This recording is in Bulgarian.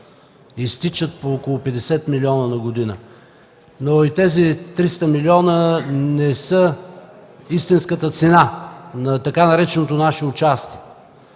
изтичат по около 50 милиона на година. И тези 300 милиона не са истинската цена на така нареченото „наше участие”,